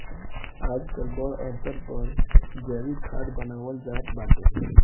आजकल बड़ स्तर पर जैविक खाद बानवल जात बाटे